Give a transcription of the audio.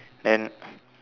then